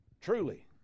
Truly